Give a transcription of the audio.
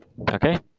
okay